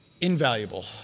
invaluable